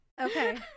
okay